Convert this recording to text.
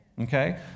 Okay